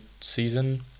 season